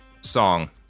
song